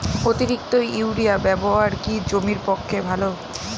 অতিরিক্ত ইউরিয়া ব্যবহার কি জমির পক্ষে ভালো?